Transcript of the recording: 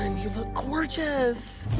um you look gorgeous.